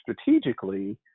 strategically